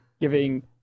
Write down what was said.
giving